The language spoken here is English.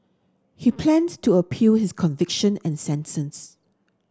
he plans to appeal his conviction and sentence